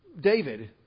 David